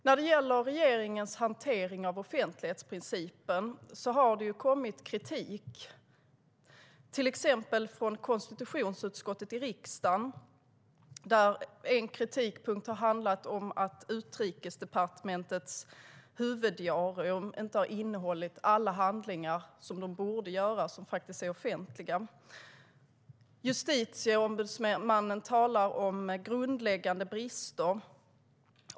När det gäller regeringens hantering av offentlighetsprincipen har det kommit kritik, till exempel från riksdagens konstitutionsutskott. En kritikpunkt har handlat om att Utrikesdepartementets huvuddiarium inte har innehållit alla handlingar som det borde innehålla och som faktiskt är offentliga. Justitieombudsmannen talar om grundläggande brister.